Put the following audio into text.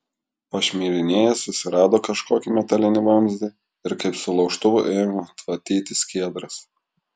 pašmirinėjęs susirado kažkokį metalinį vamzdį ir kaip su laužtuvu ėmė tvatyti skiedras